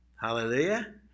Hallelujah